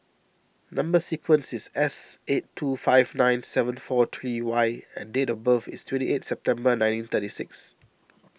Number Sequence is S eight two five nine seven four three Y and date of birth is twenty eight September nineteen thirty six